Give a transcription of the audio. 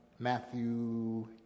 Matthew